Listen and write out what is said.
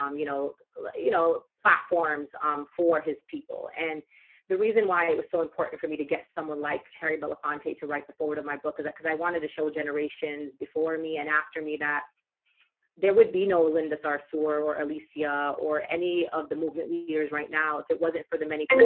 um you know like you know platforms um for his people and the reason why it was so important for me to get someone like harry belafonte to write the foreword of my book because i wanted to show generations before me and after me that there would be no linda sarsour or alicia or any of the movement leaders right now if it wasn't for the many